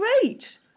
Great